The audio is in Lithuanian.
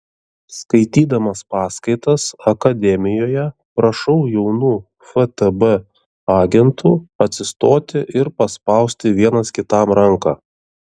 skaitydamas paskaitas akademijoje prašau jaunų ftb agentų atsistoti ir paspausti vienas kitam ranką